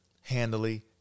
handily